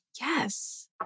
Yes